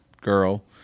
girl